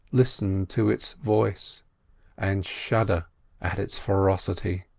listen to its voice and shudder at its ferocity.